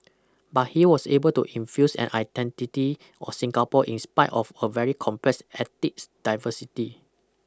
but he was able to infuse an identity of Singapore in spite of a very complex ethics diversity